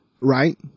right